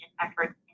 efforts